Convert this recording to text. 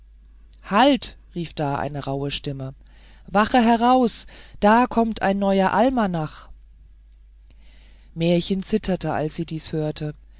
halt rief eine tiefe rauhe stimme wache heraus da kommt ein neuer almanach märchen zitterte als sie dies hörte